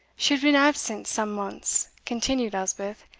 she had been absent some months, continued elspeth,